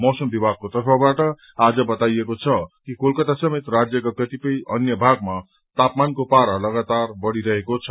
मौसम विभागको तर्फबाट आज बताइएको छ कि कलकता समेत राज्यका कतिपय अन्य भागमा तापमानको पारा लगातार बढ़िरहेको छ